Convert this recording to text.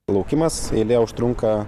laukimas eilėj užtrunka